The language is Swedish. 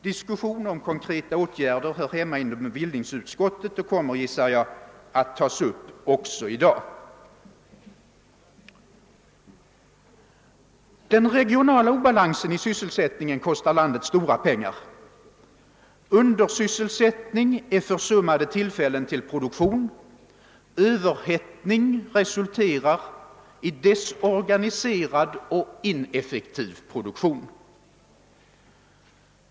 Diskussionen om konkreta åtgärder hör hemma inom bevillningsutskottet och kommer, gissar jag, att tas upp också i dag. Den regionala obalansen i sysselsättningen kostar landet stora pengar. Undersysselsättning är försummade tillfällen till produktion, överhettning resulterar i desorganiserad och ineffektiv produktion.